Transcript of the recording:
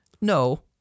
no